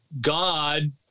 God